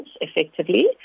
effectively